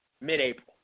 mid-April